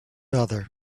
other